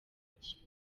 mukino